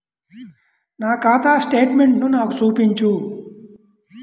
నా ఖాతా స్టేట్మెంట్ను నాకు చూపించు